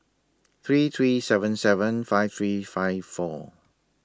three three seven seven five three five four